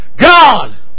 God